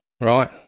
right